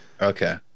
okay